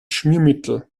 schmiermittel